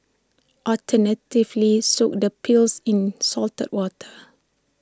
alternatively soak the peels in salted water